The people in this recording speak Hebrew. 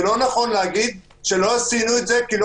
לא נכון לומר שלא עשינו את זה כי לא